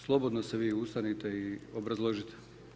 Slobodno se vi ustanite i obrazložite.